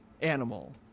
animal